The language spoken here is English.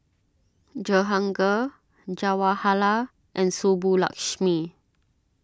Jehangirr Jawaharlal and Subbulakshmi